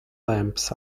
lamps